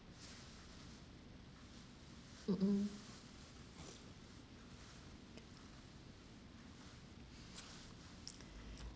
mm mm